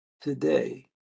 today